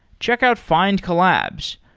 check out findcollabs.